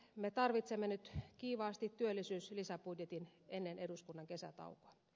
me tarvitsemme nyt kiivaasti työllisyyslisäbudjetin ennen eduskunnan kesätaukoa